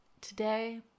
Today